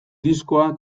diskoa